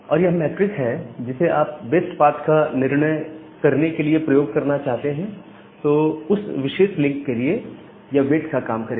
और यह मेट्रिक है जिसे आप बेस्ट पाथ का निर्णय करने के लिए प्रयोग करना चाहते हैं तो यह उस विशेष लिंक के लिए वेट का काम करेगा